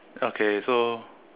okay so